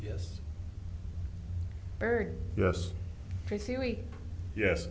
yes byrd yes yes